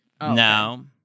No